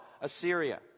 Assyria